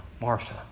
Martha